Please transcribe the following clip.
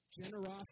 Generosity